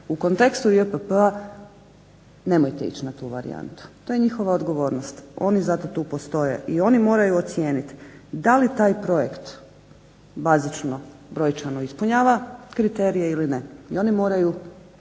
u kontekstu JPP-a nemojte ići na tu varijantu. To je njihova odgovornost. Oni za to tu postoje i oni moraju ocijeniti da li taj projekt bazično brojčano ispunjava kriterije ili ne i oni moraju